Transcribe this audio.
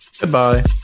goodbye